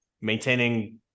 maintaining